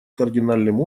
кардинальным